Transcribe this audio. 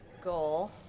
goal